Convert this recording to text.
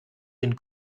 den